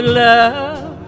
love